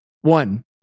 one